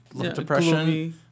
depression